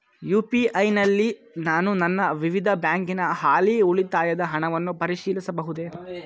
UPI ನಲ್ಲಿ ನಾನು ನನ್ನ ವಿವಿಧ ಬ್ಯಾಂಕಿನ ಹಾಲಿ ಉಳಿತಾಯದ ಹಣವನ್ನು ಪರಿಶೀಲಿಸಬಹುದೇ?